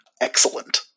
excellent